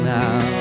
now